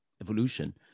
evolution